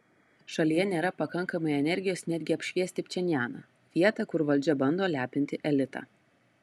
šalyje nėra pakankamai energijos netgi apšviesti pchenjaną vietą kur valdžia bando lepinti elitą